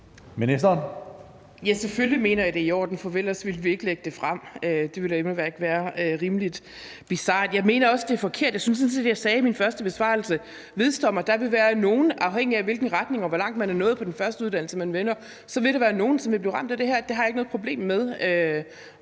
Egelund): Ja, selvfølgelig mener jeg, det er i orden, for ellers ville vi ikke lægge det frem. Det ville immer væk være rimelig bizart. Jeg mener også, det er forkert. Jeg synes sådan set, jeg sagde i min første besvarelse, at jeg vedstår mig, at der vil være nogle – afhængigt af hvilken retning man vælger, og hvor langt man er nået på den første uddannelse, man vælger – der vil blive ramt af det her. Det har jeg ikke noget problem med.